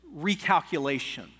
recalculation